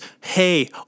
hey